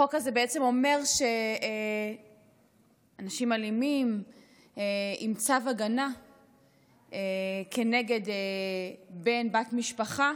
החוק הזה בעצם אומר שאנשים אלימים עם צו הגנה כנגד בן או בת משפחה,